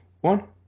one